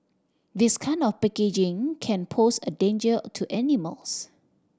this kind of packaging can pose a danger to animals